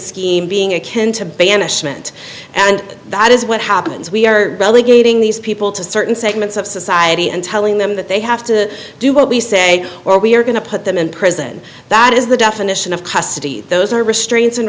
scheme being akin to banishment and that is what happens we are relegating these people to certain segments of society and telling them that they have to do what we say or we're going to put them in prison that is the definition of custody those are restraints and